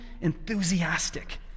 enthusiastic